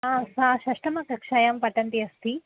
आं सा षट् कक्षायां पठन्ति अस्ति